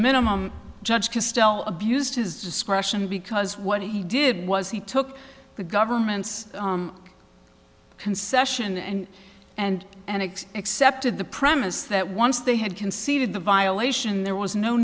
minimum the judge castello abused his discretion because what he did was he took the government's concession and and and it accepted the premise that once they had conceded the violation there was no